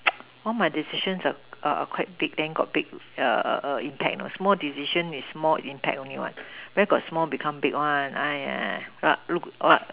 all my decisions are quite big then got big impact you know small decision is small impact only what where got small become big one like look what